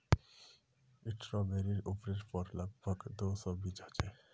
स्ट्रॉबेरीर उपरेर पर लग भग दो सौ बीज ह छे